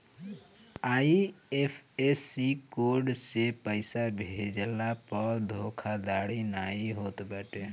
IFSC code से पइसा भेजला पअ धोखाधड़ी नाइ होत बाटे